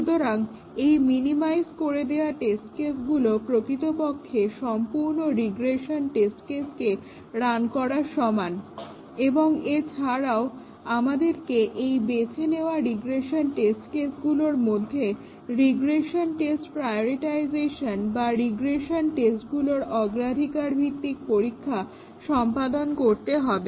সুতরাং এই মিনিমাইজ করে দেওয়া টেস্ট কেসগুলো প্রকৃতপক্ষে সম্পূর্ণ রিগ্রেশন টেস্ট কেসকে রান করার সমান এবং এছাড়াও আমাদেরকে এই বেছে নেওয়া রিগ্রেশন টেস্ট কেসগুলোর মধ্যে রিগ্রেশন টেস্ট প্রায়োরিটাইজেশন বা রিগ্রেশন টেস্টগুলোর অগ্রাধিকারভিত্তিক পরীক্ষা সম্পাদন করতে হবে